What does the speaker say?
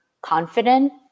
confident